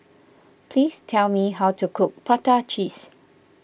please tell me how to cook Prata Cheese